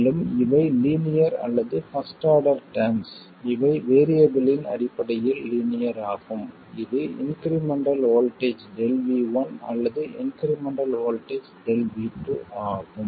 மேலும் இவை லீனியர் அல்லது பர்ஸ்ட் ஆர்டர் டெர்ம்ஸ் இவை வேறியபிலின் அடிப்படையில் லீனியர் ஆகும் இது இன்க்ரிமெண்டல் வோல்ட்டேஜ் ΔV1 அல்லது இன்க்ரிமெண்டல் வோல்ட்டேஜ் Δ V2 ஆகும்